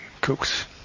cooks